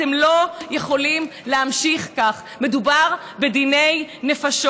אתם לא יכולים לבוא ולתקן.